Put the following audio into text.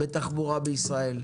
בתחבורה בישראל,